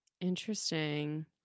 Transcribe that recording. interesting